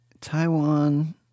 Taiwan